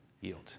yield